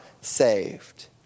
saved